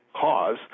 cause